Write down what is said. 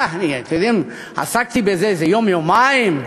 אתם יודעים, עסקתי בזה איזה יום-יומיים.